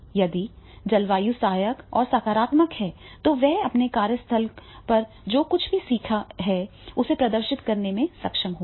यदि जलवायु सहायक और सकारात्मक है तो वह अपने कार्यस्थल पर जो कुछ भी सीखा है उसे प्रदर्शित करने में सक्षम होगा